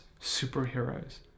superheroes